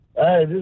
hey